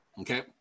okay